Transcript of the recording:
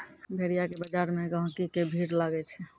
भेड़िया के बजार मे गहिकी के भीड़ लागै छै